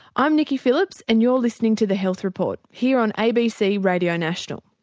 i'm nicky phillips and you're listening to the health report here on abc radio national.